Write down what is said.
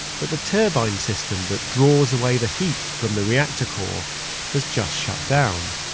but the turbine system that draws away the heat from the reactor core has just shut down.